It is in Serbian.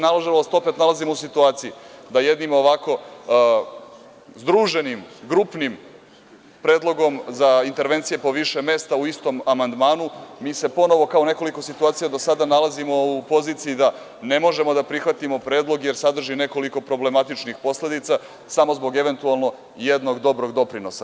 Nažalost, opet se nalazimo u situaciji da jednim ovako združenim, grupnim predlogom za intervencije po više mesta u istom amandmanu, mi se ponovo, kao u nekoliko situacija do sada, nalazimo u poziciji da ne možemo da prihvatimo predlog, jer sadrži nekoliko problematičnih posledica, samo zbog eventualno jednog dobrog doprinosa.